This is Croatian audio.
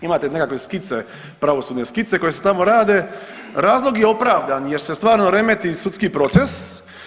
Imate nekakve skice pravosudne skice koje se tamo rade, razlog je opravdan je se stvarno remeti sudski proces.